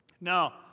Now